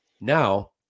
Now